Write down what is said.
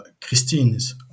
Christine's